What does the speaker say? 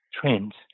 trends